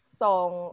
song